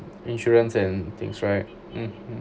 insurance and things right mmhmm